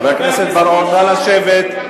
חבר הכנסת בר-און, נא לשבת.